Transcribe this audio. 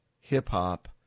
hip-hop